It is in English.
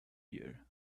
year